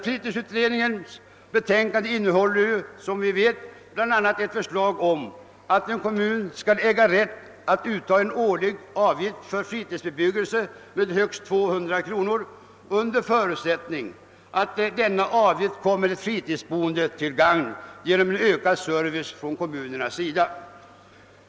Fritidsutredningens betänkande innehåller som vi vet bl.a. ett förslag om att kommun skall äga rätt att uttaga en årlig avgift på fritidsbebyggelse med högst 200 kr. under förutsättning att denna avgift kommer de fritidsboende till gagn genom en ökad service från kommunernas sida.